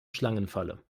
schlangenfalle